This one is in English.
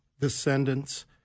descendants